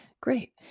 Great